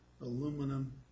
aluminum